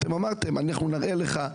אמרתם: אנחנו נראה לך,